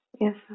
Yes